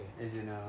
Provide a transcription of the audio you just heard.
okay